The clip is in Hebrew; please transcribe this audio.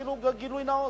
אפילו בגילוי נאות,